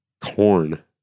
Corn